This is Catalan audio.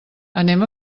anem